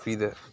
سیدھے